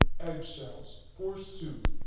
egg-shells, forsooth!